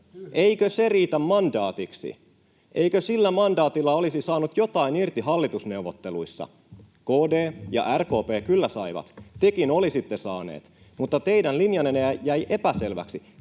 Eikö se riitä mandaatiksi? Eikö sillä mandaatilla olisi saanut jotain irti hallitusneuvotteluissa? KD ja RKP kyllä saivat. Tekin olisitte saaneet, mutta teidän linjanne jäi epäselväksi.